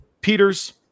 Peters